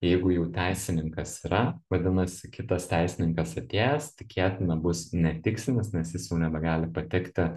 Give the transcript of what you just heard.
jeigu jau teisininkas yra vadinasi kitas teisininkas atėjęs tikėtina bus netikslinis nes jis jau nebegali patekti